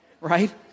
right